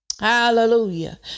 Hallelujah